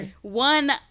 One